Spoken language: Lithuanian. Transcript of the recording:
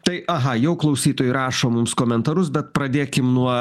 tai aha jau klausytojai rašo mums komentarus bet pradėkim nuo